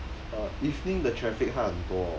uh evening the traffic 它很多